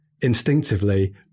instinctively